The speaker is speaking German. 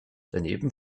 daneben